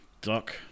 Doc